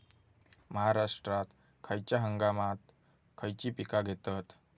महाराष्ट्रात खयच्या हंगामांत खयची पीका घेतत?